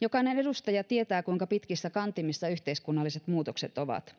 jokainen edustaja tietää kuinka pitkissä kantimissa yhteiskunnalliset muutokset ovat